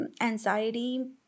anxiety